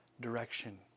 direction